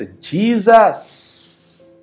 Jesus